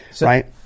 right